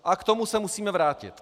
A k tomu se musíme vrátit.